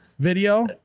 Video